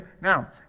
Now